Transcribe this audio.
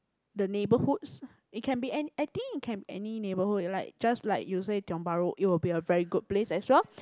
the neighbourhoods it can be an I think it can any neighbourhood like just like you say Tiong-Bahru it will be a very good place as well